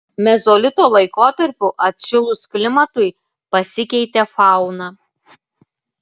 mezolito laikotarpiu atšilus klimatui pasikeitė fauna